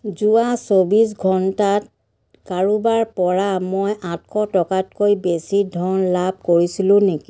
যোৱা চৌব্বিছ ঘণ্টাত কাৰোবাৰ পৰা মই আঠশ টকাতকৈ বেছি ধন লাভ কৰিছিলোঁ নেকি